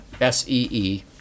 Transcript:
S-E-E